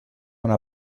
una